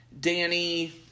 Danny